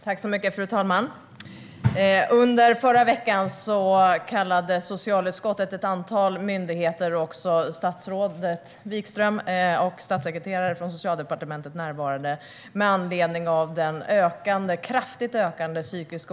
Fru talman! Med anledning av den kraftigt ökande psykiska ohälsan hos ensamkommande flyktingbarn kallade socialutskottet förra veckan ett antal myndigheter. Statsrådet Wikström och statssekreterare från Socialdepartementet närvarade också.